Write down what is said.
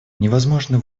невозможно